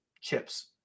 chips